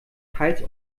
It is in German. teils